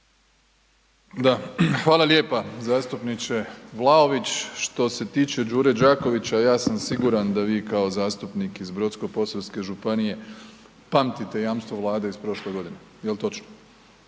Hvala lijepa. Zastupniče Vlaović što se tiče Đure Đakovića ja sam siguran da vi kao zastupnik iz Brodsko-posavske županije pamtite jamstvo Vlade iz prošle godine. Jel točno?